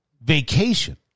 vacation